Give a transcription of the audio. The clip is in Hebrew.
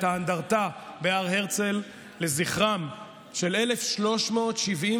חנכנו את האנדרטה בהר הרצל לזכרם של 1,379